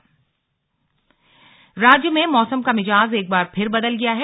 slug मौसम राज्य में मौसम का मिजाज एक बार फिर बदल गया है